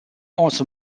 also